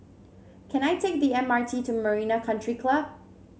can I take the M R T to Marina Country Club